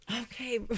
Okay